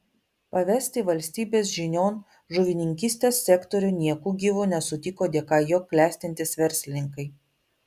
pavesti valstybės žinion žuvininkystės sektorių nieku gyvu nesutiko dėka jo klestintys verslininkai